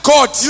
God